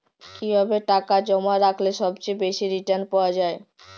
কিভাবে টাকা জমা রাখলে সবচেয়ে বেশি রির্টান পাওয়া য়ায়?